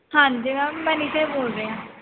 ਹਾਂਜੀ ਮੈਮ ਮੈਂ ਨੀਤੇ ਬੋਲ ਰਹੀ ਹਾਂ